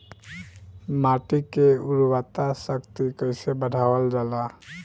माटी के उर्वता शक्ति कइसे बढ़ावल जाला?